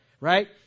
right